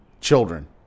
children